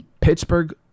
Pittsburgh